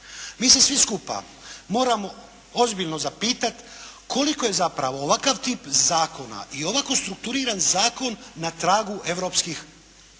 Mi se svi skupa moramo ozbiljno zapitat koliko je zapravo ovakav tip zakona i ovako strukturiran zakon na tragu europskih zakona